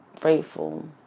grateful